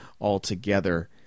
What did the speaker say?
altogether